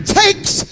takes